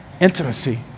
Intimacy